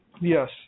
Yes